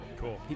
Cool